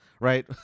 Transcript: right